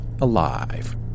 alive